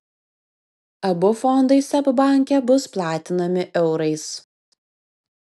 abu fondai seb banke bus platinami eurais